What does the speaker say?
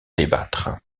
débattre